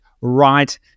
right